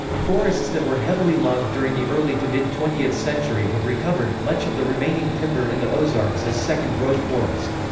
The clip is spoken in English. forests that were heavily logged during the early to mid twentieth century have recovered much of the remaining timber in the ozarks is second-growth forest.